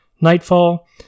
Nightfall